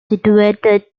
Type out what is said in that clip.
situated